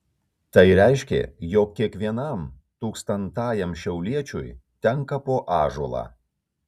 tai reiškė jog kiekvienam tūkstantajam šiauliečiui tenka po ąžuolą